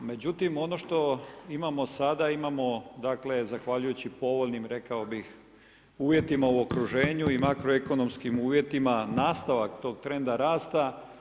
Međutim, ono što imamo sada imamo, dakle zahvaljujući povoljnim rekao bih uvjetima u okruženju i makroekonomskim uvjetima nastavak tog trenda rasta.